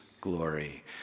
glory